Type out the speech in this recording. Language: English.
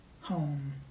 home